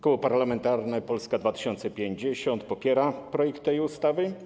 Koło Parlamentarne Polska 2050 popiera projekt tej ustawy.